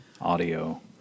audio